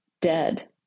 dead